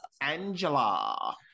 angela